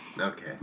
Okay